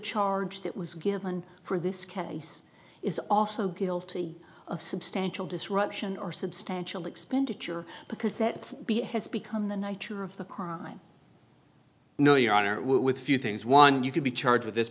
charge that was given for this case is also guilty of substantial disruption or substantial expenditure because it has become the niger of the crime no your honor what with few things one you could be charged with this